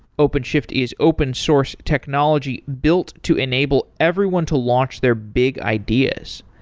openshift is open source technology built to enable everyone to launch their big ideas.